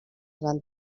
van